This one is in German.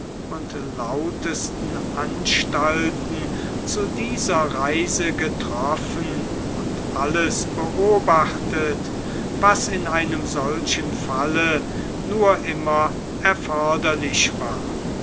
und lautesten anstalten zu dieser reise getroffen und alles beobachtet was in einem solchen falle nur immer erforderlich war